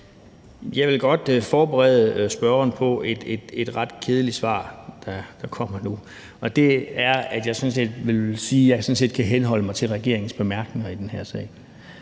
Jeg vil godt forberede spørgeren på et ret kedeligt svar, og det er, at jeg vil sige, at jeg sådan set kan henholde mig til regeringens bemærkninger i den her sag.